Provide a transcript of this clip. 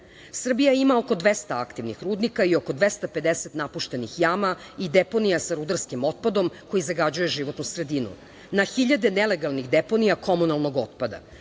Srbija ima oko 200 aktivnih rudnika i oko 250 napuštenih jama i deponija sa rudarskim otpadom koji zagađuje životnu sredinu, na hiljade nelegalnih deponija komunalnog otpada,